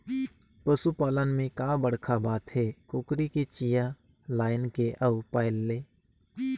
पसू पालन में का बड़खा बात हे, कुकरी के चिया लायन ले अउ पायल ले